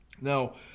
Now